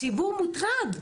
הציבור מוטרד.